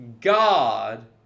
God